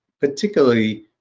particularly